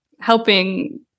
helping